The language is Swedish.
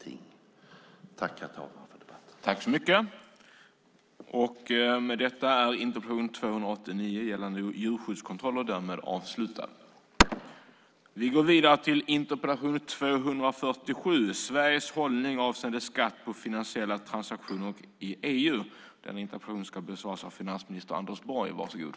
Jag tackar för debatten.